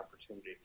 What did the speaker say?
opportunity